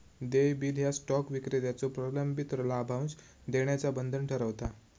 देय बिल ह्या स्टॉक विक्रेत्याचो प्रलंबित लाभांश देण्याचा बंधन ठरवता